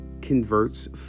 Converts